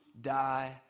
die